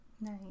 Nice